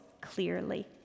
clearly